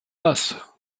bass